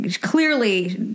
Clearly